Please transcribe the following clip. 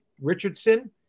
Richardson